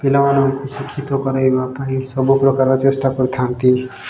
ପିଲାମାନଙ୍କୁ ଶିକ୍ଷିତ କରାଇବା ପାଇଁ ସବୁ ପ୍ରକାର ଚେଷ୍ଟା କରିଥାନ୍ତି